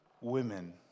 women